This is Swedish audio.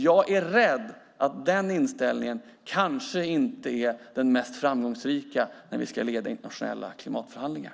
Jag är rädd att den inställningen kanske inte är den mest framgångsrika när vi ska leda internationella klimatförhandlingar.